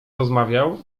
rozmawiał